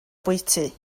bwyty